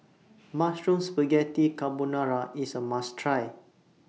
Mushroom Spaghetti Carbonara IS A must Try